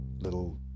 little